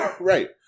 Right